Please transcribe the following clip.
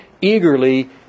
eagerly